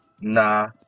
Nah